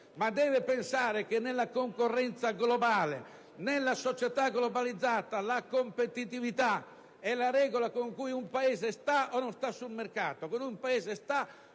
ma pensi anche che nella concorrenza globale: nella società globalizzata, la competitività è la regola con cui un Paese sta o non sta sul mercato, sta o non sta